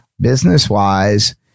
business-wise